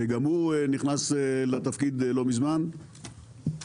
שגם הוא נכנס לתפקיד לא מזמן,